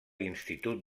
institut